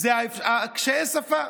זה קשיי השפה.